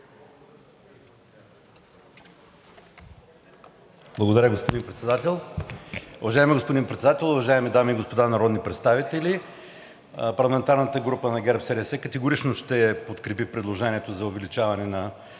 Благодаря, господин Председател. Уважаеми господин Председател, уважаеми дами и господа народни представители! Парламентарната група на ГЕРБ-СДС категорично ще подкрепи предложението за увеличаване на